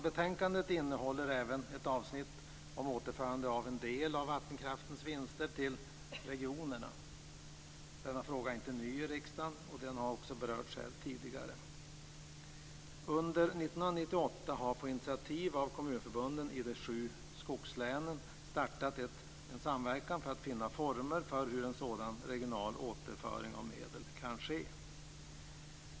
Betänkandet innehåller även ett avsnitt om återförande av en del av vattenkraftens vinster till regionerna. Denna fråga är inte ny i riksdagen. Den har också berörts här tidigare. Under 1998 har på initiativ av kommunförbunden i de sju skogslänen startats en samverkan för att finna former för hur en sådan regional återföring av medel kan ske.